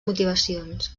motivacions